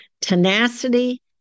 tenacity